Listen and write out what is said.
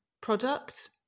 product